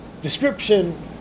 description